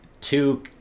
two